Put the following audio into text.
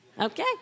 Okay